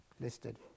listed